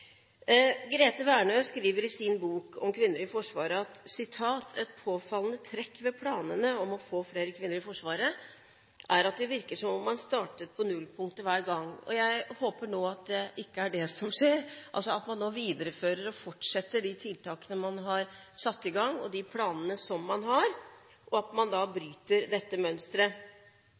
Værnø skriver i sin bok om kvinner i Forsvaret: «Et påfallende trekk ved planene er at det virker som om man startet på nullpunktet hver gang.» Jeg håper nå at det ikke er det som skjer, men at man nå viderefører og fortsetter med de tiltakene man har satt i gang, og med de planene som man har, slik at man bryter dette mønsteret.